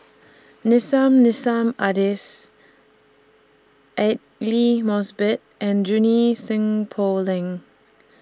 Nissim Nassim Adis Aidli Mosbit and Junie Sng Poh Leng